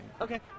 Okay